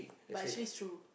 but she's through